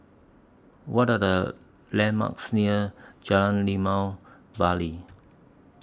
What Are The landmarks near Jalan Limau Bali